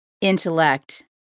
intellect